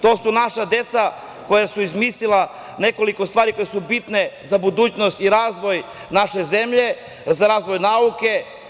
To su naša deca koja su izmislila nekoliko stvari koje su bitne za budućnost i razvoj naše zemlje, za razvoj nauke.